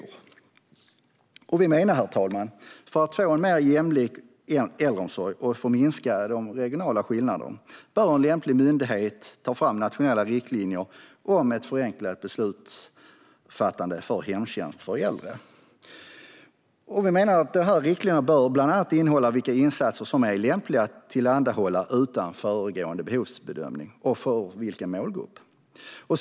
Herr talman! Vi menar att för att få en mer jämlik äldreomsorg och minska de regionala skillnaderna bör en lämplig myndighet ta fram nationella riktlinjer om ett förenklat beslutsfattande för hemtjänst för äldre. Vi menar att dessa riktlinjer bland annat bör tala om vilka insatser som är lämpliga att tillhandahålla utan föregående behovsbedömning och för vilken målgrupp.